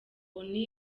onu